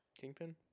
kingpin